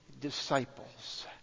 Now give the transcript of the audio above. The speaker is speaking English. disciples